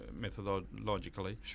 methodologically